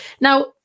now